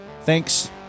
Thanks